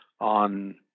on